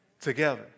together